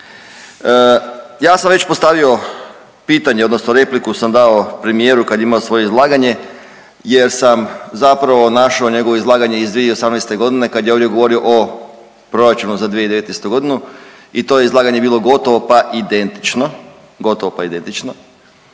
Ja sam već postavio pitanje odnosno repliku sam dao premijeru kad je imao svoje izlaganje jer sam zapravo našao njegovo izlaganje iz 2018.g. kad je ovdje govorio o proračunu za 2019.g. i to je izlaganje bilo gotovo pa identično,